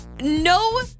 no